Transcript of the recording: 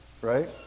Right